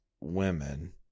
women